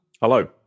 Hello